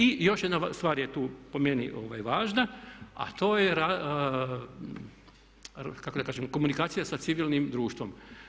I još jedna stvar je tu, po meni, važna a to je kako da kažem komunikacija sa civilnim društvom.